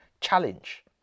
challenge